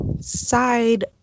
side